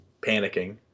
panicking